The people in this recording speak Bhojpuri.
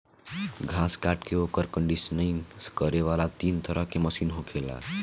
घास काट के ओकर कंडीशनिंग करे वाला तीन तरह के मशीन होखेला